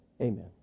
Amen